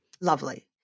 Lovely